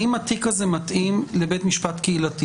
האם התיק הזה מתאים לבית משפט קהילתי,